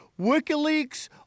WikiLeaks